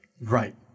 Right